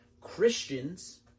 Christians